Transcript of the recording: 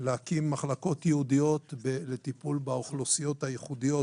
להקים מחלקות ייעודיות לטיפול באוכלוסיות הייחודיות,